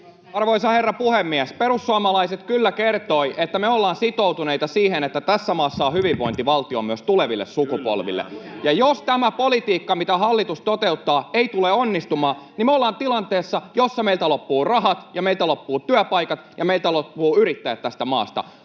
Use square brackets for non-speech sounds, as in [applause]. Arvoisa herra puhemies! Perussuomalaiset kyllä kertoivat, että me ollaan sitoutuneita siihen, että tässä maassa on hyvinvointivaltio myös tuleville sukupolville, [noise] ja jos tämä politiikka, mitä hallitus toteuttaa, ei tule onnistumaan, niin me ollaan tilanteessa, jossa meiltä loppuvat rahat ja meiltä loppuvat työpaikat ja meiltä loppuvat yrittäjät tästä maasta.